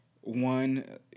One